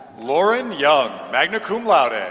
lauren young, magna cum laude. and